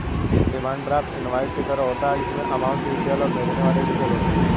demand draft invoice की तरह होता है जिसमे अमाउंट की डिटेल और भेजने वाले की डिटेल होती है